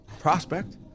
prospect